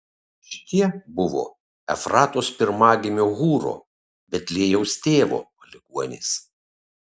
šitie buvo efratos pirmagimio hūro betliejaus tėvo palikuonys